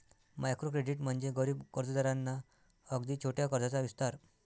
micro credit म्हणजे गरीब कर्जदारांना अगदी छोट्या कर्जाचा विस्तार